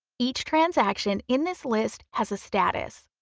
each transaction in this list has a status,